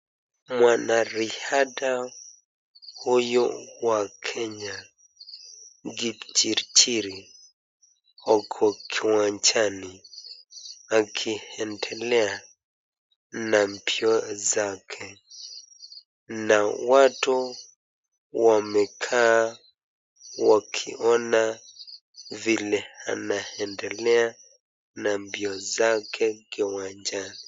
Mwanariadha huyu wa Kenya Kipchirchir ako kiwanjani akiendelea na mbio zake na watu wamekaa wakiona vile anaendelea na mbio zake kiwanjani.